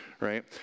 right